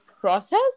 process